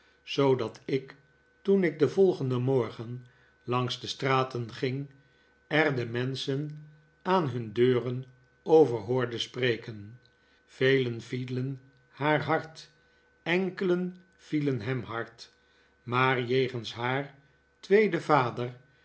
zoodat ik toen ik den volgendgn morgen langs de straten ging er de rrierfschen aan hun deuren over hoorde spreken velen vielen haar hard enkelen vielen hem hard maar jegens haar tweeden vader